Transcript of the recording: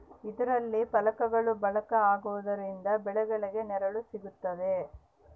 ಇದರಲ್ಲಿ ಫಲಕಗಳು ಬಳಕೆ ಆಗುವುದರಿಂದ ಬೆಳೆಗಳಿಗೆ ನೆರಳು ಸಿಗುತ್ತದೆ